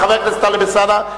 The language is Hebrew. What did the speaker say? חבר הכנסת טלב אלסאנע,